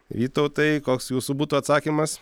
vytautai koks jūsų būtų atsakymas